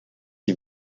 sie